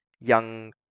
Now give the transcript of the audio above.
young